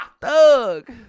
Thug